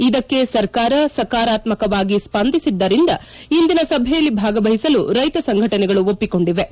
ಇದಕ್ಕೆ ಸರ್ಕಾರ ಸಕಾರಾತ್ಮಕವಾಗಿ ಸ್ಪಂದಿಸಿದ್ದರಿಂದ ಇಂದಿನ ಸಭೆಯಲ್ಲಿ ಭಾಗವಹಿಸಲು ರೈತ ಸಂಘಟನೆಗಳು ಒಪ್ಪಿಕೊಂಡಿವೆ